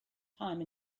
time